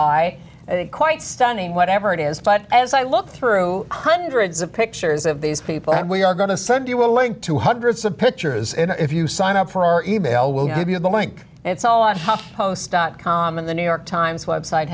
eye quite stunning whatever it is but as i looked through hundreds of pictures of these people and we are going to send you a link to hundreds of pictures and if you sign up for e mail we'll give you the link and it's all on how home dot com and the new york times website